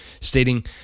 stating